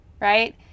right